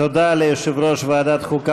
תודה ליושב-ראש ועדת חוקה,